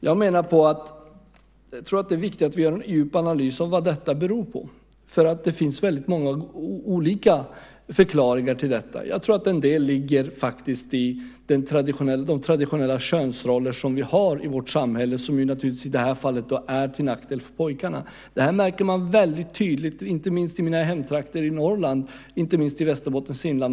Jag tror att det är viktigt att vi gör en djup analys av vad detta beror på. Det finns många förklaringar till detta. En del ligger nog faktiskt i de traditionella könsroller som vi har i vårt samhälle. I det här fallet är de naturligtvis till nackdel för pojkarna. Man märker detta mycket tydligt i mina hemtrakter i Norrland, i Västerbottens inland.